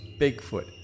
Bigfoot